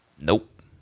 Nope